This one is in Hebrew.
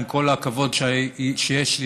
עם כל הכבוד שיש לי,